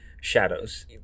shadows